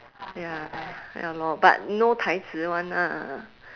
ya ya lor but no 台词：tai ci [one] ah